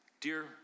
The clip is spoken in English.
dear